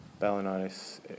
balanitis